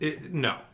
no